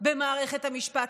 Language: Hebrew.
במערכת המשפט,